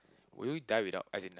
will you die without as in